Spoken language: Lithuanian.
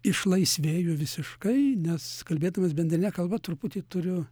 išlaisvėju visiškai nes kalbėdamas bendrine kalba truputį turiu